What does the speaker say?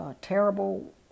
terrible